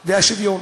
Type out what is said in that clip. והשוויון.